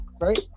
Right